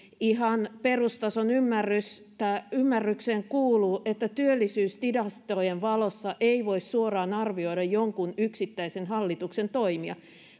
ihan perustason ymmärrykseen kuuluu että työllisyystilastojen valossa ei voi suoraan arvioida jonkun yksittäisen hallituksen toimia